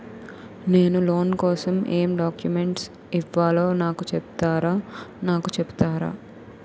నేను లోన్ కోసం ఎం డాక్యుమెంట్స్ ఇవ్వాలో నాకు చెపుతారా నాకు చెపుతారా?